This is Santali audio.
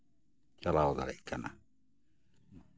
ᱪᱟᱞᱟᱣ ᱫᱟᱲᱮᱭᱟᱜ ᱠᱟᱱᱟ